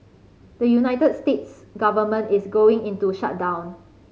the United States government is going into shutdown